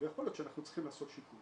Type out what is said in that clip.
ויכול להיות שאנחנו צריכים לעשות שיקול